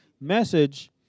message